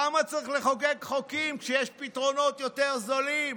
למה צריך לחוקק חוקים כשיש פתרונות יותר זולים?